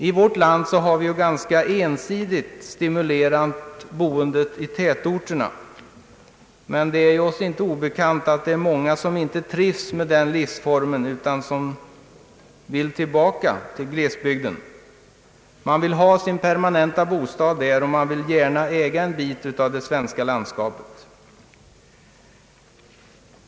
I vårt land har vi ganska ensidigt stimulerat boendet i tätorterna, men det är oss inte obekant att många inte trivs med den livsformen utan vill tillbaka till glesbygden. De vill ha sin permanenta bostad där, och de vill gärna äga en bit av det svenska landskapet.